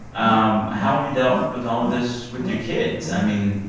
um how have you dealt with all of this with your kids? i mean,